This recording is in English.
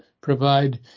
provide